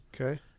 Okay